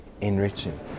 enriching